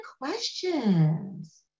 questions